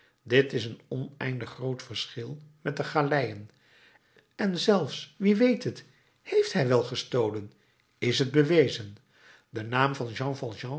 dit is een oneindig groot verschil met de galeien en zelfs wie weet het heeft hij wel gestolen is t bewezen de naam van jean